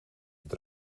het